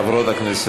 חברות הכנסת.